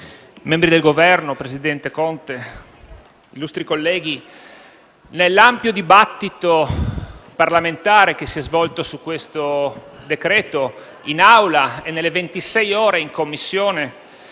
membri del Governo, presidente Conte, illustri colleghi, nell'ampio dibattito parlamentare che si è svolto su questo decreto-legge, in Assemblea e nelle ventisei ore di Commissione,